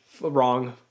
Wrong